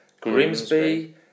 Grimsby